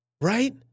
right